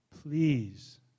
Please